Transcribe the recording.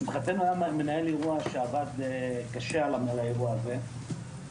לשמחתנו היה מנהל אירוע שעבד קשה על האירוע הזה.